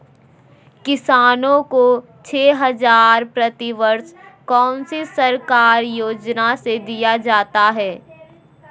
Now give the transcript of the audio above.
किसानों को छे हज़ार प्रति वर्ष कौन सी सरकारी योजना से दिया जाता है?